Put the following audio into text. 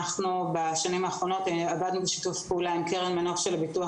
בשנים האחרונות עבדנו בשיתוף פעולה עם קרן מנוף של הביטוח